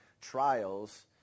trials